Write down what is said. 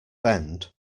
bend